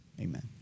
amen